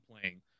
playing